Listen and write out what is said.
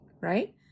right